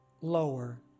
lower